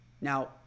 Now